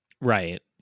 right